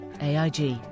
AIG